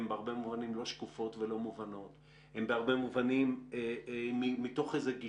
הן בהרבה מובנים לא שקופות ולא מובנות,